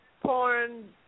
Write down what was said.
porn